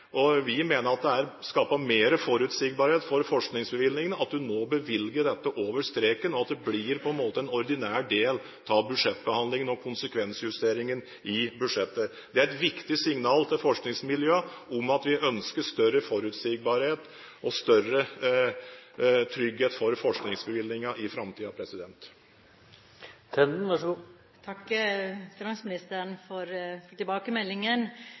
Vi mener at det skapes mer forutsigbarhet for forskningsbevilgningene at man nå bevilger dette over streken, slik at det på en måte blir en ordinær del av budsjettbehandlingen og konsekvensjusteringen i budsjetter. Det er et viktig signal til forskningsmiljøene om at vi ønsker større forutsigbarhet og større trygghet for forskningsbevilgningen i framtiden. Jeg takker finansministeren for tilbakemeldingen. Når det gjelder Forskningsfondet, tror jeg vi ser veldig forskjellig på det og muligheten for